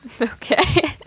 Okay